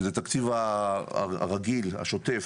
שזה התקציב הרגיל השוטף,